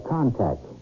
Contact